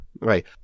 Right